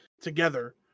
together